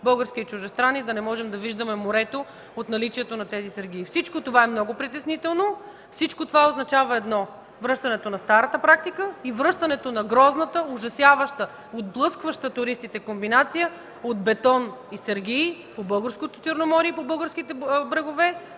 български и чуждестранни, да не можем да виждаме морето от наличието на тези сергии. Всичко това е много притеснително, всичко това означава едно – връщането на старата практика, връщането на грозната, ужасяваща, отблъскваща туристите комбинация от бетон и сергии по българското Черноморие и по българските брегове